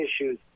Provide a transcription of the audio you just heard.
issues